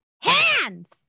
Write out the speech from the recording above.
Hands